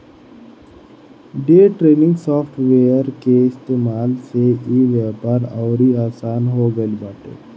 day trading software कअ इस्तेमाल से इ व्यापार अउरी आसन हो गिल बाटे